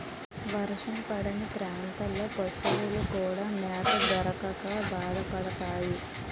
వర్షం పడని ప్రాంతాల్లో పశువులు కూడా మేత దొరక్క బాధపడతాయి